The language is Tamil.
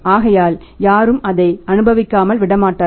ஆகையால் யாரும் அதை அனுபவிக்காமல் விடமாட்டார்கள்